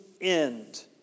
end